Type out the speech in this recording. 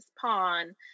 pawn